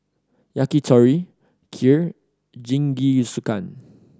Yakitori Kheer Jingisukan